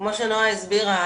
-- כמו שנעה הסבירה,